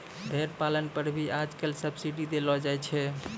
भेड़ पालन पर भी आजकल सब्सीडी देलो जाय छै